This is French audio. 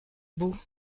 beaux